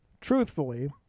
truthfully